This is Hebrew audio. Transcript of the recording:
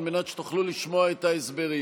על מנת שתוכלו לשמוע את ההסברים.